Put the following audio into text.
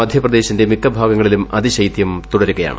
മദ്ധ്യപ്രദേശത്തിന്റെ മിക്ക ഭാഗങ്ങളിലും അതിശൈതൃം തുടരുകയാണ്